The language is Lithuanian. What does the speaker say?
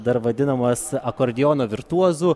dar vadinamas akordeono virtuozu